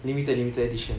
limited limited edition